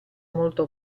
molto